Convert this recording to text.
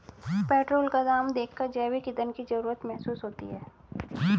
petrol का दाम देखकर जैविक ईंधन की जरूरत महसूस होती है